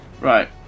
Right